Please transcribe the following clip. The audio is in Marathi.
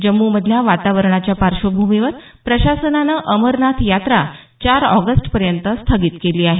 जम्मू मधल्या वातावरणाच्या पार्श्वभूमीवर प्रशासनानं अमरनाथ यात्रा चार ऑगस्टपर्यंत स्थगित केली आहे